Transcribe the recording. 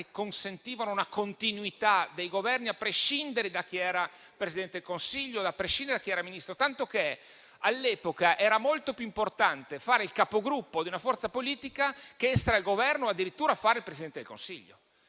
consentivano una continuità dei Governi, a prescindere da chi era il Presidente del Consiglio e da chi erano i Ministri. Tanto che all'epoca era molto più importante fare il Capogruppo di una forza politica che stare al Governo o addirittura fare il Presidente del Consiglio,